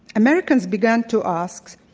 americans began to ask,